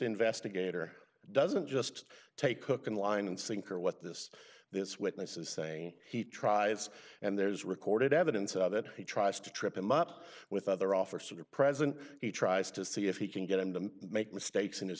investigator doesn't just take cook in line and sinker what this this witness is saying he tries and there is recorded evidence of it he tries to trip him up with other offers for the present he tries to see if he can get him to make mistakes in his